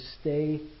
stay